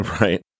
Right